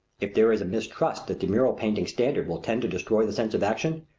if there is a mistrust that the mural painting standard will tend to destroy the sense of action,